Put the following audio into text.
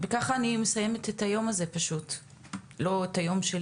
ובכך אני מסיימת את הדיון הזה של הוועדה.